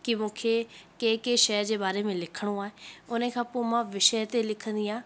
की मूंखे कंहिं कंहिं शइ जे बारे में लिखिणो आहे हुनखां पोइ मां विषय ते लिखंदी आहे